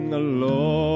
alone